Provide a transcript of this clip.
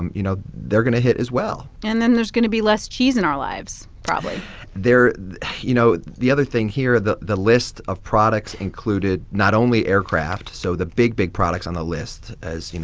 and you know, they're going to hit as well and then there's going to be less cheese in our lives probably there you know, the other thing here the the list of products included not only aircraft, so the big, big products on the list as you know,